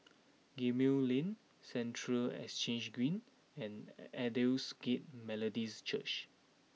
Gemmill Lane Central Exchange Green and Aldersgate Methodist Church